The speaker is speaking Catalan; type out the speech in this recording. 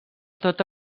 tota